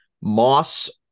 Moss